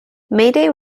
mayday